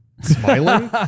smiling